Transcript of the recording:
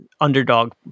underdog